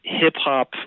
hip-hop